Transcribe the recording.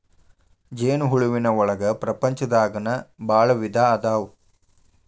ಜೇನ ಹುಳುವಿನ ಒಳಗ ಪ್ರಪಂಚದಾಗನ ಭಾಳ ವಿಧಾ ಅದಾವ